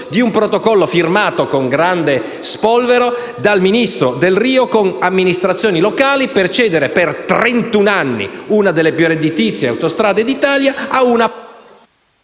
di un protocollo firmato con grande spolvero dal ministro Delrio con amministrazioni locali per cedere per trentun anni una delle più redditizie autostrade d'Italia ad una